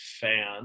fan